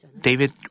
David